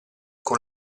con